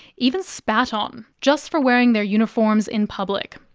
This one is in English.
even spat on, just for wearing their uniforms in public.